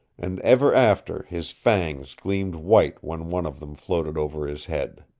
and ever after his fangs gleamed white when one of them floated over his head.